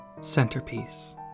Centerpiece